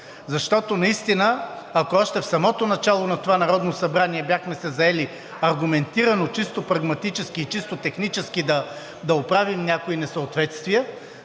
защото наистина, ако още в самото начало на това Народно събрание бяхме се заели аргументирано, чисто прагматически и чисто технически да оправим някои несъответствия,